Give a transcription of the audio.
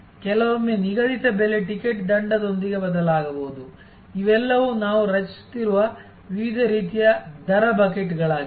ಕೆಲವೊಮ್ಮೆ ನಿಗದಿತ ಬೆಲೆ ಟಿಕೆಟ್ ದಂಡದೊಂದಿಗೆ ಬದಲಾಗಬಹುದು ಇವೆಲ್ಲವೂ ನಾವು ರಚಿಸುತ್ತಿರುವ ವಿವಿಧ ರೀತಿಯ ದರ ಬಕೆಟ್ಗಳಾಗಿವೆ